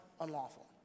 unlawful